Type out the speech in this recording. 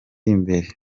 imbere